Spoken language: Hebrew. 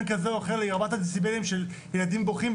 כזה או אחר לרמת הדציבלים של ילדים בוכים,